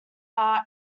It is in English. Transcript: art